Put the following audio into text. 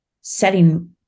setting